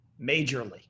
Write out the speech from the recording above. majorly